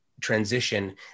transition